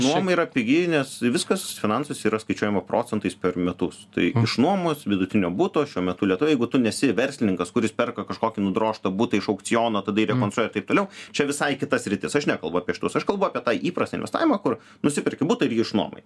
nuoma yra pigi nes viskas finansuose yra skaičiuojama procentais per metus tai iš nuomos vidutinio buto šiuo metu lietuvoje jeigu tu nesi verslininkas kuris perka kažkokį nudrožtą butą iš aukciono tada jį rekonstruoja ir taip toliau čia visai kita sritis aš nekalbu apie šituos aš kalbu apie tą įprastą investavimą kur nusiperki butą ir jį išnuomoji